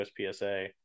uspsa